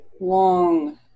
Long